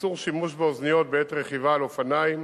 איסור שימוש באוזניות בעת רכיבה על אופניים